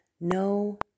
no